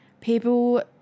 People